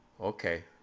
Okay